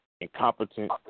incompetent